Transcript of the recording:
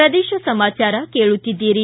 ಪ್ರದೇಶ ಸಮಾಚಾರ ಕೇಳುತ್ತೀದ್ದಿರಿ